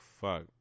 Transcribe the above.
fuck